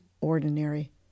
ordinary